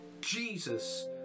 Jesus